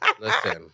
Listen